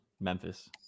Memphis